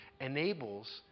enables